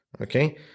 Okay